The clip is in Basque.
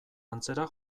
antzera